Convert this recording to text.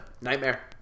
Nightmare